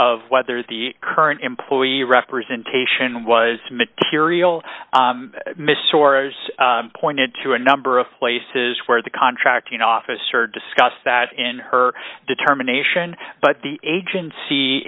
of whether the current employee representation was material missed sores pointed to a number of places where the contract you know officer discuss that in her determination but the agency